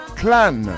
clan